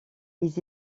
ils